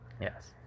Yes